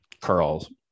curls